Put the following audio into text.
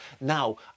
Now